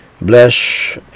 Bless